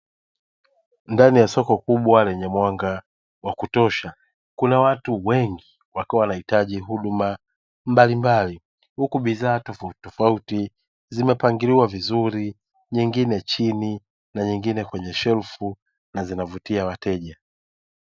Ndani ya soko kubwa lenye mwanga wa kutosha kuna watu wengi wakiwa wanahitaji huduma mbalimbali, huku bidhaa tofautitofauti zimepangiliwa vizuri nyingine chini na nyingine kwenye shelfu na zinavutia wateja.